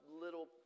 little